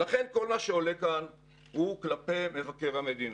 ולכן, כל מה שעולה כאן הוא כלפי מבקר המדינה.